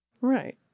Right